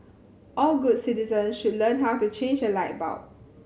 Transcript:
all good citizen should learn how to change a light bulb